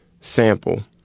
sample